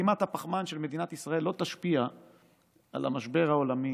שחתימת הפחמן של מדינת ישראל לא תשפיע על המשבר העולמי